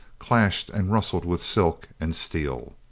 clashed and rustled with silk and steel.